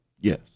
Yes